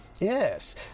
Yes